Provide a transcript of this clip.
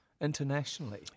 internationally